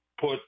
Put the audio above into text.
put